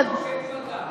זה חוק עוקף-בג"ץ.